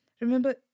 Remember